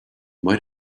might